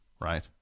right